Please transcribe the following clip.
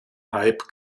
hype